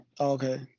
Okay